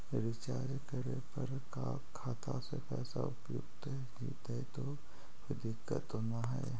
Recharge करे पर का खाता से पैसा उपयुक्त जितै तो कोई दिक्कत तो ना है?